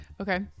Okay